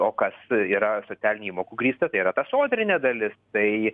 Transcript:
o kas yra socialinių įmokų grįsta tai yra ta sodrinė dalis tai